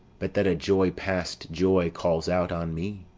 but that a joy past joy calls out on me,